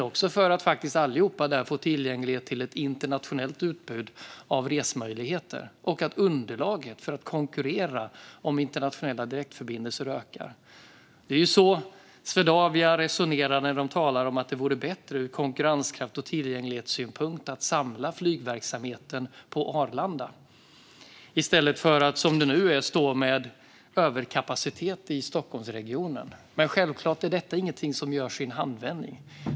Alla får där också tillgång till ett internationellt utbyte av resmöjligheter, och underlaget för att konkurrera om internationella direktförbindelser ökar. Det är så Swedavia resonerar när de talar om att det ur konkurrenskrafts och tillgänglighetssynpunkt vore bättre att samla flygverksamheten på Arlanda i stället för att, som det nu är, stå med överkapacitet i Stockholmsregionen. Men självklart är detta ingenting som görs i en handvändning.